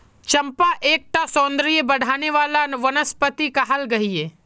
चंपा एक टा सौंदर्य बढाने वाला वनस्पति कहाल गहिये